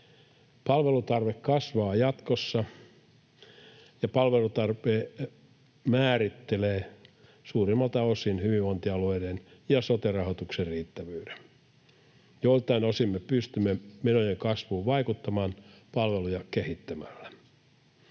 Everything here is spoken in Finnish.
Palvelutarve kasvaa jatkossa, ja palvelutarve määrittelee suurimmalta osin hyvinvointialueiden ja sote-rahoituksen riittävyyden. Joiltain osin me pystymme menojen kasvuun vaikuttamaan palveluja kehittämällä.